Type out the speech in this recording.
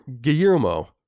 Guillermo